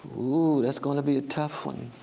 ooh that's gonna be a tough one.